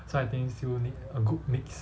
so I think still need a good mix